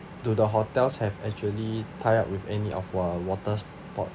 do the hotels have actually tie up with any of uh waters sports